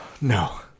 No